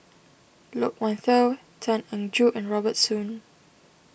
Loke Wan Tho Tan Eng Joo and Robert Soon